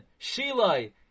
Shilai